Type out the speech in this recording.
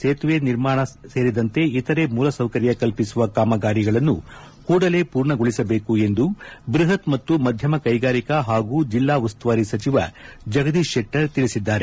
ಸೇತುವೆ ಸೇರಿದಂತೆ ಇತರೆ ಮೂಲಸೌಕರ್ಯ ಕಲ್ಪಿಸುವ ಕಾಮಗಾರಿಗಳನ್ನು ಕೂಡಲೇ ಪೂರ್ಣಗೊಳಿಸಬೇಕು ಎಂದು ಬೃಹತ್ ಮತ್ತು ಮಧ್ಯಮ ಕೈಗಾರಿಕಾ ಹಾಗೂ ಜಿಲ್ಲಾ ಉಸ್ತುವಾರಿ ಸಚಿವ ಜಗದೀತ್ ಶೆಟ್ಟರ್ ತಿಳಿಸಿದ್ದಾರೆ